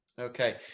okay